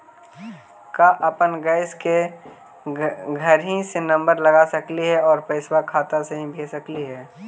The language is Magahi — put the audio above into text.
का अपन गैस के घरही से नम्बर लगा सकली हे और पैसा खाता से ही भेज सकली हे?